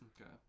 Okay